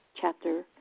chapter